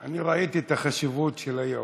אני ראיתי את החשיבות של הייעודיים,